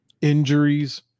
injuries